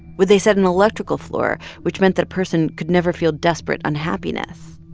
would they set an electrical floor which meant that a person could never feel desperate unhappiness?